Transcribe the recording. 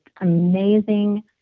amazing